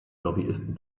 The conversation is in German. lobbyisten